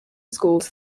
schools